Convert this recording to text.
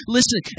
Listen